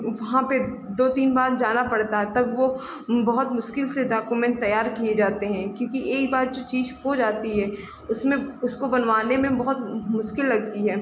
वहाँ पर दो तीन बार जाना पड़ता है तब वह बहुत मुश्किल से डॉक्यूमेन्ट तैयार किए जाते हैं क्योंकि एक बार जो चीज़ खो जाती है उसमें उसे बनवाने में बहुत मुश्किल लगती है